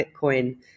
Bitcoin